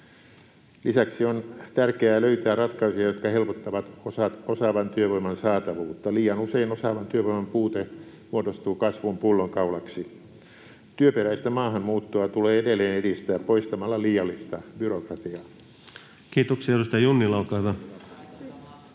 Lisäksi on tärkeää löytää ratkaisuja, jotka helpottavat osaavan työvoiman saatavuutta. Liian usein osaavan työvoiman puute muodostuu kasvun pullonkaulaksi. Työperäistä maahanmuuttoa tulee edelleen edistää poistamalla liiallista byrokratiaa. [Leena Meren välihuuto]